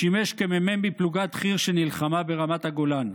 שימש כמ"מ בפלוגת חי"ר שנלחמה ברמת הגולן.